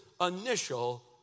initial